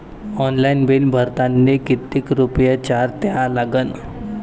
Online bill भरतानी कितीक रुपये चार्ज द्या लागन?